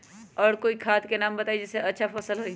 और कोइ खाद के नाम बताई जेसे अच्छा फसल होई?